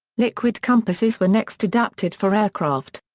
liquid compasses were next adapted for aircraft.